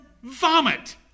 Vomit